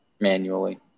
manually